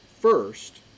first